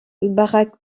barack